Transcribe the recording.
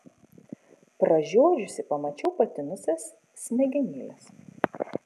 pražiodžiusi pamačiau patinusias smegenėles